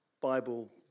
Bible